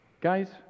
Guys